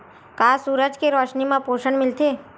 का सूरज के रोशनी म पोषण मिलथे?